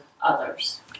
others